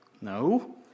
No